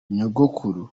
nyogokuru